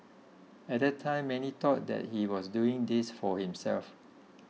at that time many thought that he was doing this for himself